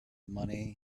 money